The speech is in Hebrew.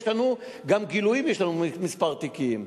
ויש לנו גם גילויים בכמה תיקים.